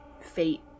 fate